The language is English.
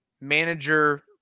manager